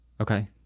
Okay